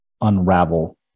unravel